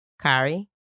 Kari